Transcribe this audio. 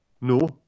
No